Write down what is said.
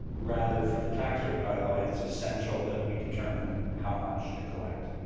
rather, for the tax rate bylaw, it's essential that we determine how much to collect.